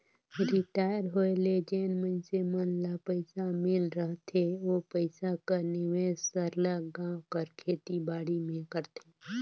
retire होए ले जेन मइनसे मन ल पइसा मिल रहथे ओ पइसा कर निवेस सरलग गाँव कर खेती बाड़ी में करथे